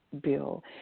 bill